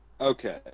Okay